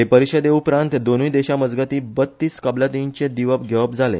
हे परिषदे उपरांत दोनूय देशामजगती बत्तीस कबलातींचे दिवप घेवप जाले